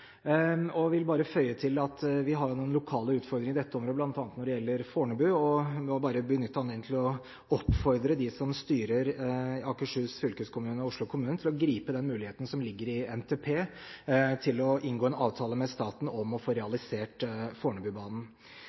vil bare føye til at vi har noen lokale utfordringer på dette området, bl.a. når det gjelder Fornebu. Jeg må benytte anledningen til å oppfordre dem som styrer i Akershus fylkeskommune og i Oslo kommune, til å gripe den muligheten som ligger i NTP for å inngå en avtale med staten om å få realisert Fornebubanen.